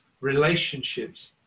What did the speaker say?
relationships